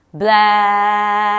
black